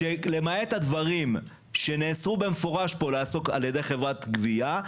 למעט הדברים שנאסרו במפורש כאן לעסוק על ידי חברת גבייה,